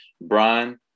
Brian